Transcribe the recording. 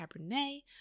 Cabernet